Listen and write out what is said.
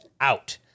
out